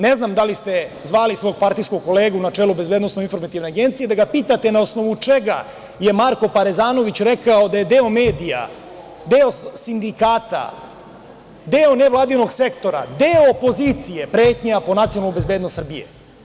Ne znam da li ste zvali svog partijskog kolegu na čelu BIA da ga pitate na osnovu čega je Marko Parezanović rekao da je deo medija, deo sindikata, deo nevladinog sektora, deo opozicije, pretnja po nacionalnu bezbednost Srbije?